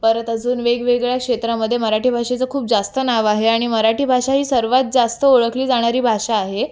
परत अजून वेगवेगळ्या क्षेत्रामध्ये मराठी भाषेचं खूप जास्त नाव आहे आणि मराठी भाषा ही सर्वात जास्त ओळखली जाणारी भाषा आहे